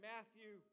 Matthew